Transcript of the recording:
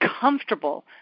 comfortable